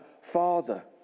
Father